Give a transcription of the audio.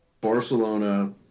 Barcelona